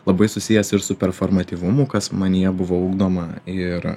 labai susijęs ir su performatyvumu kas manyje buvo ugdoma ir